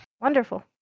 Wonderful